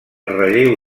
relleu